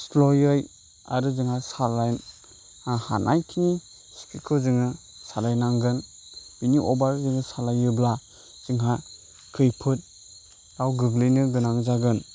स्ल'यै आरो जोंहा सालायनो हानायखिनि सिफिदखौ जोङो सालायनांगोन बिनि अभार जोङो सालायोब्ला जोंहा खैफोदाव गोग्लैनो गोनां जागोन